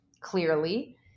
clearly